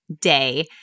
day